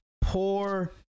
poor